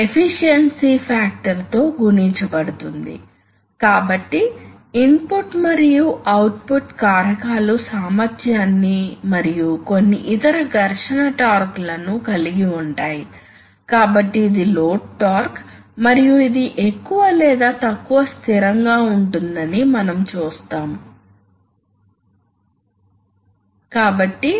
కాబట్టి ఈ సమయాలు chamber volume port pipe size supply exhaust pressures upstream మరియు డౌన్స్ట్రీమ్ ప్రెజర్ల నిష్పత్తి అని పిలువబడే అనేక అంశాలపై ఆధారపడి ఉంటాయి అదేవిధంగా ఇవి సోలనోయిడ్ కాయిల్ ఇండక్టెన్స్ఇనర్షియా మొదలైనవాటి ఫై ఆధారపడి ఉంటాయి